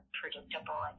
predictable